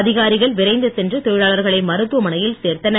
அதிகாரிகள் விரைந்து சென்று தொழிலாளர்களை மருத்துவமனையில் சேர்த்தனர்